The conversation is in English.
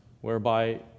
whereby